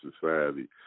society